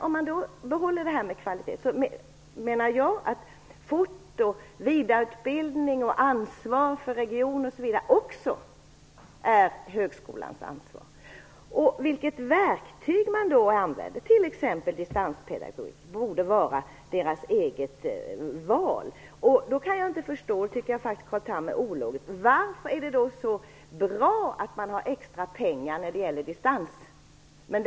På högskolan menar jag att även ansvar för fort och utbildningen och för regionerna faller. Vilket verktyg de då använder, t.ex. distanspedagogik, borde vara deras eget val. Jag kan inte förstå, och jag tycker faktiskt att Carl Tham är ologisk, varför det är så bra att man har extra pengar när det gäller distansutbildning.